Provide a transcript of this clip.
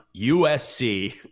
USC